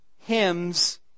hymns